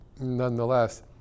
Nonetheless